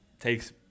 takes